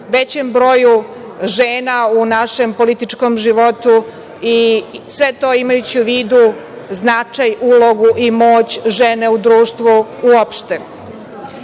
većem broju žena u našem političkom životu, a sve to imajući u vidu značaj, ulogu i moć žene u društvu